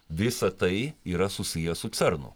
visa tai yra susiję su cernu